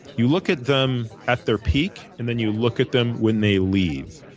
you look at them at their peak, and then you look at them when they leave.